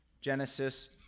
Genesis